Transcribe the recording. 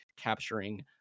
capturing